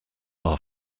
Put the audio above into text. our